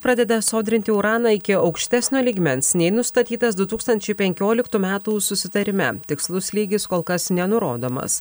pradeda sodrinti uraną iki aukštesnio lygmens nei nustatytas du tūkstančiai penkioliktų metų susitarime tikslus lygis kol kas nenurodomas